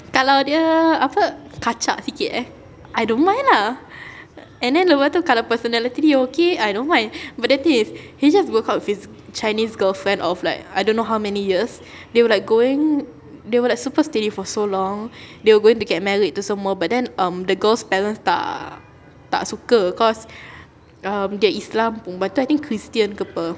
kalau dia apa kacak sikit eh I don't mind lah and then lepas tu kalau personality dia okay I don't mind but the thing is he just broke up with his chinese girlfriend of like I don't know how many years they were like going they were like super steady for so long they were going to get married tu semua but then um the girl's parents tak tak suka cause um dia islam perempuan tu christian ke [pe]